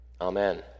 amen